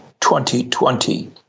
2020